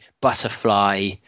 butterfly